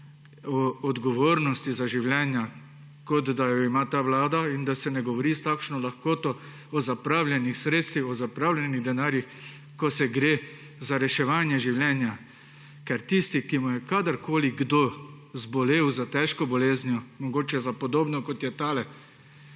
o odgovornosti za življenja, kot da jo ima ta vlada, in da se ne govori s takšno lahkoto o zapravljenih sredstvih, o zapravljenih denarjih, ko gre za reševanje življenj. Ker tisti, ki mu je kadarkoli kdo zbolel za težko boleznijo, mogoče za podobno kot je tale,